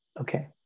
okay